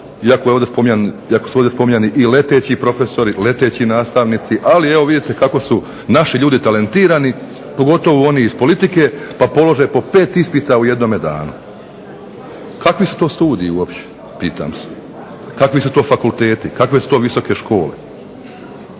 iako su ovdje spominjani i leteći profesori, leteći nastavnici, ali evo vidite kako su naši ljudi talentirani, pogotovo oni iz politike, pa polože po 5 ispita u jednome danu. Kakvi su to studiji uopće, pitam se? Kakvi su to fakulteti? Kakve su to visoke škole?